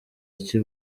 iki